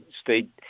state